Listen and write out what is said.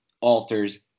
alters